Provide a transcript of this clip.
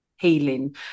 healing